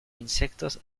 insectos